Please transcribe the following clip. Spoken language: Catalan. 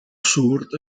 surt